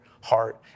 heart